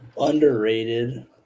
Underrated